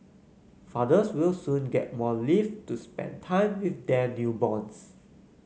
fathers will soon get more leave to spend time with their newborns